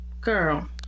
girl